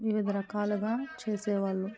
వివిధ రకాలగా చేసేవాళ్ళం